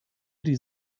die